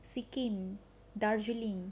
sikkimu darjaling